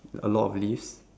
a lot of leaves